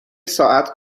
ساعت